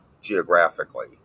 geographically